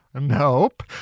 Nope